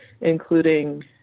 including